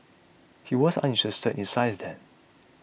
he was uninterested in science then